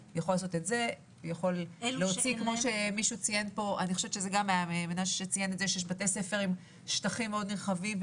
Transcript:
מנשה ציין שיש בתי ספר עם שטחים מאוד נרחבים,